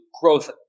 growth